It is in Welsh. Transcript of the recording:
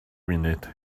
munud